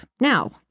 now